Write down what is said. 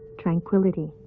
tranquillity